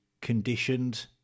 conditioned